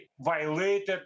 violated